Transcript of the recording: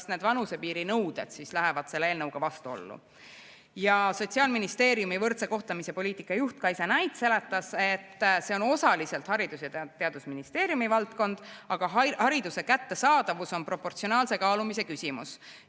kas need vanusepiirinõuded lähevad selle eelnõuga vastuollu? Sotsiaalministeeriumi võrdse kohtlemise poliitika juht Kaisa Knight seletas, et see on osaliselt Haridus‑ ja Teadusministeeriumi valdkond, aga hariduse kättesaadavus on proportsionaalse kaalumise küsimus